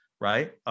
right